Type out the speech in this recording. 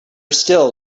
still